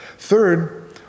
Third